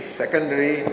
secondary